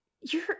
You're